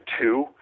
two